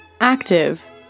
Active